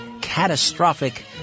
catastrophic